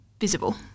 visible